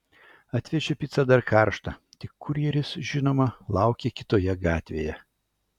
atvežė picą dar karštą tik kurjeris žinoma laukė kitoje gatvėje